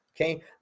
okay